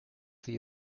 sie